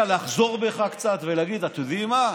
לחזור בך קצת ולהגיד: אתם יודעים מה,